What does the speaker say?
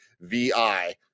VI